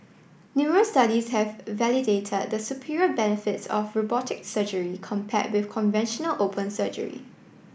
numerous studies have validated the superior benefits of robotic surgery compare with conventional open surgery